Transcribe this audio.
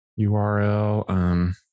URL